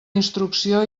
instrucció